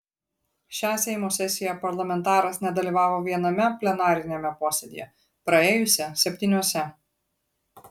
šią seimo sesiją parlamentaras nedalyvavo viename plenariniame posėdyje praėjusią septyniuose